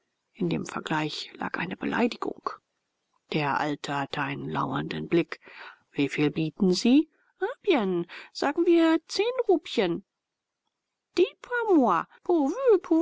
in dem vergleich lag eine beleidigung der alte hatte einen lauernden blick wieviel bieten sie en bien sagen wir zehn rupien